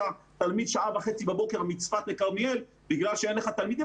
תלמיד שעה וחצי בבוקר מצפת לכרמיאל בגלל שאין לך תלמידים,